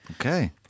Okay